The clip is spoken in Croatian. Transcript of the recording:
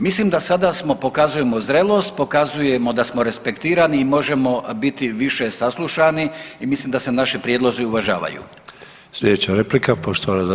Mislim da sada pokazujemo zrelost, pokazujemo da smo respektirani i možemo biti više saslušani i mislim da se naši prijedlozi uvažavaju.